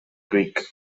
greek